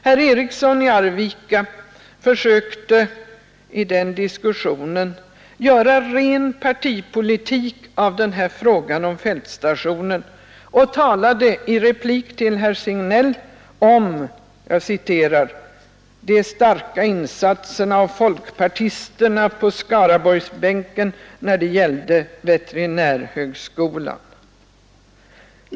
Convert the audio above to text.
Herr Eriksson i Arvika försökte i den diskussionen göra ren partipolitik av frågan om fältstationen och talade i replik till herr Signell om ”de starka insatserna av folkpartisterna på Skaraborgsbänken när det gällde veterinärhögskolan”.